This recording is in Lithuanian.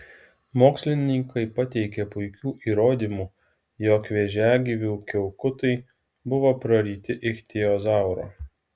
mokslininkai pateikė puikių įrodymų jog vėžiagyvių kiaukutai buvo praryti ichtiozauro